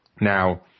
Now